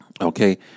Okay